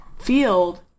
field